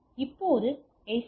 இப்போது எஸ்